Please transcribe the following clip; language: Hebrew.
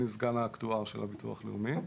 אני סגן האקטואר של הביטוח הלאומי.